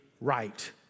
right